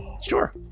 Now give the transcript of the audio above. sure